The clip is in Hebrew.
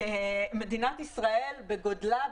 שמדינת ישראל בגודלה,